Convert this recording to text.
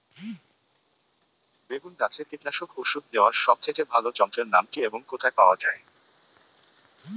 বেগুন গাছে কীটনাশক ওষুধ দেওয়ার সব থেকে ভালো যন্ত্রের নাম কি এবং কোথায় পাওয়া যায়?